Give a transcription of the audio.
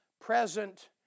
present